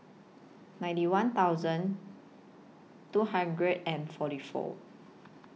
ninety one thousand two hundred and forty four